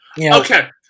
Okay